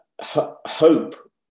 Hope